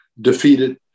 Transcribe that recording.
defeated